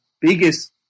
biggest